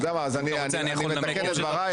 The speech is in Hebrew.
אתה יודע מה, אז אני אמקד את דבריי.